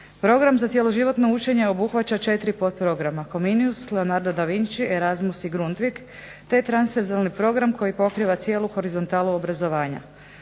Program za cjeloživotno učenje obuhvaća 4 potprograma, Comenius, Leonardo da Vinci, Erasmus Grundtvig, te Transverzalni program koji pokriva cijelu horizontalu obrazovanja.